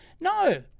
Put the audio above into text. No